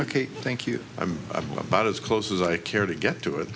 ok thank you i'm about as close as i care to get to it